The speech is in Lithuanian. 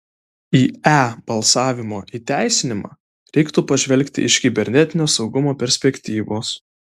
į e balsavimo įteisinimą reiktų pažvelgti iš kibernetinio saugumo perspektyvos